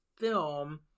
film